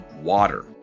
Water